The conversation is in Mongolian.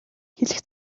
хэлэх